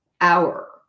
hour